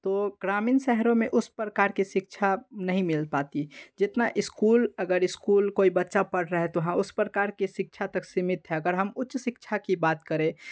तो ग्रामीण शहरों में उस प्रकार की शिक्षा नहीं मिल पाती जितना इस्कूल अगर इस्कूल कोई बच्चा पढ़ रहा है तो हाँ उस प्रकार की शिक्षा तक सीमित है अगर हम उच्च शिक्षा की बात करें